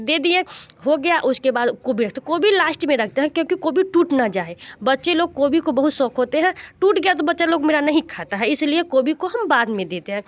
दे दिए हो गया उसके बाद कोबी तो कोबी लास्ट में रखते हैं क्योंकि कोबी टूट ना जाए बच्चे लोग कोबी को बहुत शौक होते है टूट गया तो बच्चा लोग मेरा नहीं खाता है इसलिए कोबी को हम बाद देते हैं